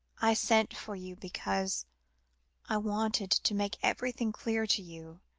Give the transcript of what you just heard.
i sent for you because i wanted to make everything clear to you,